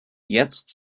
jetzt